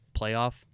playoff